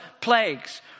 plagues